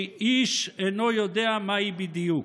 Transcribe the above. שאיש אינו יודע מה היא בדיוק,